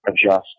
adjust